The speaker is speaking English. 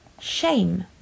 shame